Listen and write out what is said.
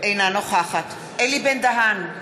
אינה נוכחת אלי בן-דהן,